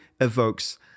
evokes